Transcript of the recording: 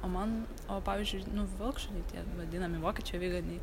o man o pavyzdžiui nu vilkšuniai tie vadinami vokiečių aviganiai